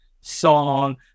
song